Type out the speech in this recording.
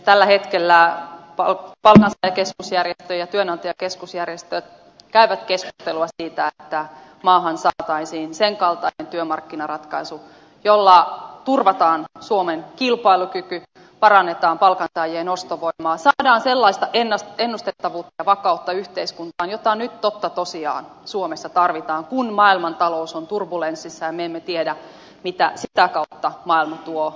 tällä hetkellä palkansaajakeskusjärjestöt ja työnantajakeskusjärjestöt käyvät keskustelua siitä että maahan saataisiin senkaltainen työmarkkinaratkaisu jolla turvataan suomen kilpailukyky parannetaan palkansaajien ostovoimaa saadaan sellaista ennustettavuutta ja vakautta yhteiskuntaan jota nyt totta tosiaan suomessa tarvitaan kun maailmantalous on turbulenssissa ja me emme tiedä mitä sitä kautta maailma tuo eteemme